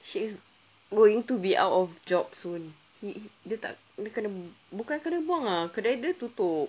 syed's going to be out of job soon he he dia tak dia kena bu~ bukan kena buang ah kedai dia tutup